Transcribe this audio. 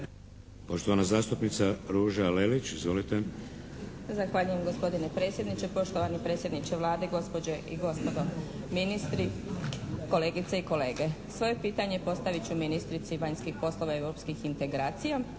Poštovana zastupnica Ruža Lelić. Izvolite. **Lelić, Ruža (HDZ)** Zahvaljujem gospodine predsjedniče. Poštovani predsjedniče Vlade, gospođe i gospodo ministri, kolegice i kolege. Svoje pitanje postavit ću ministrici vanjskih poslova i europskih integracija,